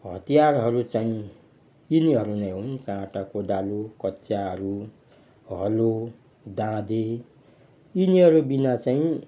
हतियारहरू चाहिँ यिनीहरू नै हुन् काँटा कोदालो कचियाहरू हलो दाँते यिनीहरूबिना चाहिँ